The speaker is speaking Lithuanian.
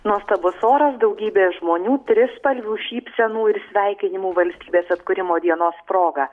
nuostabus oras daugybės žmonių trispalvių šypsenų ir sveikinimų valstybės atkūrimo dienos proga